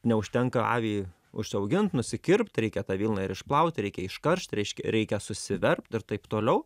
neužtenka avį užsiaugint nusikirpt reikia tą vilną ir išplaut reikia iškaršt reišk reikia susiverpt ir taip toliau